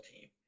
team